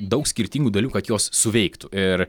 daug skirtingų dalių kad jos suveiktų ir